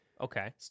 Okay